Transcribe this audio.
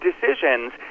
decisions